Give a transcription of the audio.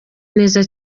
neza